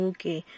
Okay